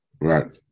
Right